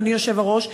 אדוני היושב-ראש,